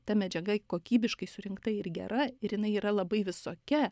ta medžiaga kokybiškai surinkta ir gera ir jinai yra labai visokia